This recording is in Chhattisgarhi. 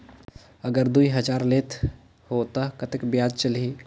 अगर दुई हजार लेत हो ता कतेक ब्याज चलही?